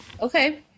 Okay